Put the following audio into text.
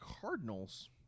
Cardinals